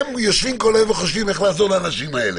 שהם יושבים כל היום וחושבים איך לעזור לאנשים האלה.